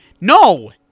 No